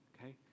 Okay